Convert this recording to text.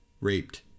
raped